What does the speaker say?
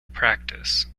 practice